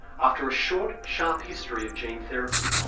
after a short, sharp history of gene therapy,